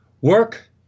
Work